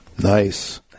Nice